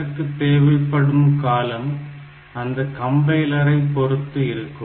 இதற்கு தேவைப்படும் காலம் அந்த கம்பைலரை பொறுத்து இருக்கும்